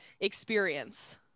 experience